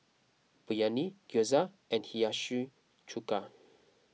Biryani Gyoza and Hiyashi Chuka